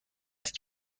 است